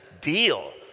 deal